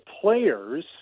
players –